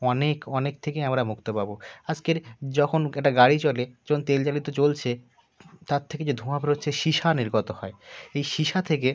অনেক অনেক থেকেই আমরা মুক্তি পাব আজকে যখন একটা গাড়ি চলে যখন তেল জ্বালিত জ্বলছে তার থেকে যে ধোঁয়া বেরোচ্ছে সিসা নির্গত হয় এই সিসা থেকে